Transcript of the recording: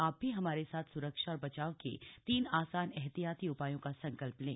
आप भी हमारे साथ स्रक्षा और बचाव के तीन आसान एहतियाती उपायों का संकल्प लें